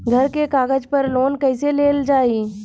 घर के कागज पर लोन कईसे लेल जाई?